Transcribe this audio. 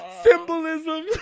symbolism